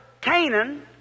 Canaan